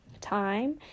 time